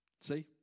See